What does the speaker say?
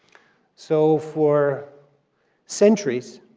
so for centuries,